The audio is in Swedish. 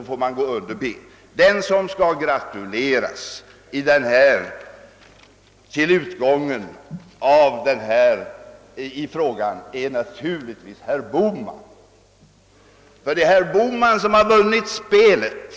Herr talman! Den som skall gratuleras till utgången av försvarsförhandlingarna är naturligtvis herr Bohman, ty det är han som har vunnit spelet.